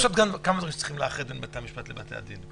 יש עוד כמה דברים שצריך לאחד בין בתי-המשפט לבתי הדין.